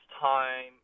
time